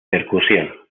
percusión